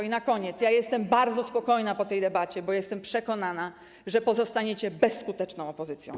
I na koniec: jestem bardzo spokojna po tej debacie, bo jestem przekonana, że pozostaniecie bezskuteczną opozycją.